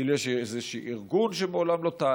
כאילו יש איזה ארגון שמעולם לא טעה.